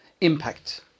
impact